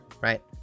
right